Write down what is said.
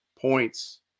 points